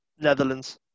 Netherlands